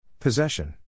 Possession